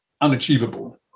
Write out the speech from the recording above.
unachievable